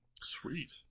Sweet